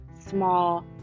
small